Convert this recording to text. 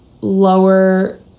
lower